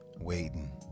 waiting